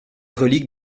reliques